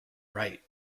wright